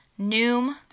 noom